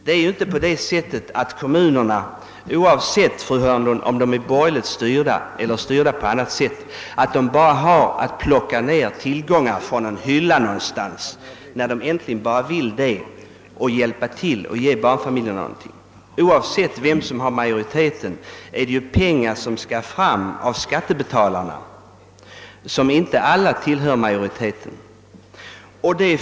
Det är inte på det sättet att kommunerna — oavsett, fru Hörnlund, om de har borgerligt eller annat styre — bara behöver plocka tillgångar från en hylla någonstans för att hjälpa barnfamiljerna. Oavsett vem som har majoriteten måste här pengar skaffas fram från skattebetalarna, vilka ju inte alla tillhör majoriteten.